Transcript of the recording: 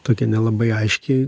tokia nelabai aiški